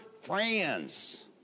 France